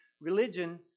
Religion